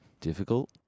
difficult